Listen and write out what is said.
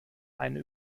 eine